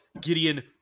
Gideon